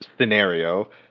scenario